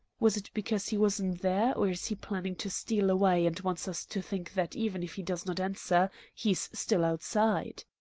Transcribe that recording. was it because he wasn't there or is he planning to steal away and wants us to think that even if he does not answer, he's still outside?